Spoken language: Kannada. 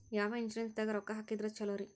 ಯಾವ ಇನ್ಶೂರೆನ್ಸ್ ದಾಗ ರೊಕ್ಕ ಹಾಕಿದ್ರ ಛಲೋರಿ?